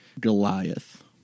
Goliath